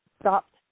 stopped